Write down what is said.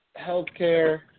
healthcare